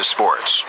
Sports